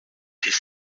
six